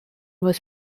was